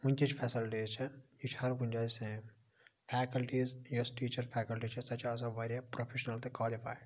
ونکِچ facilities چھِ یہِ چھِ ہر کُنہِ جایہِ سیم فیکَلٹیٖز یۄس ٹیٖچَر فیٚکَلٹی چھِ آسان سۄ چھِ آسان واریاہ پروفیٚشنَل تہٕ کالِفایِڈ